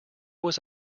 was